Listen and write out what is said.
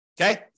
Okay